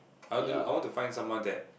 I want to look I want to find someone that